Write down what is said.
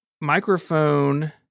microphone